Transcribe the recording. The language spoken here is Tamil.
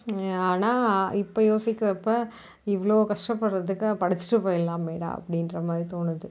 ஆனால் இப்போ யோசிக்கிறப்போ இவ்வளோ கஷ்டப்படுறதுக்கு படிச்சுட்டு போயிடலாமேடா அப்படின்ற மாதிரி தோணுது